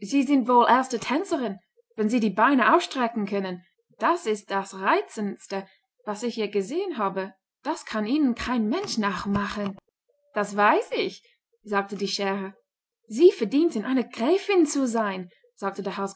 sie sind wohl erste tänzerin wie sie die beine ausstrecken können das ist das reizendste was ich je gesehen habe das kann ihnen kein mensch nachmachen das weiß ich sagte die schere sie verdienten eine gräfin zu sein sagte der